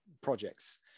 projects